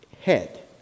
head